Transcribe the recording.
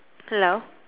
hello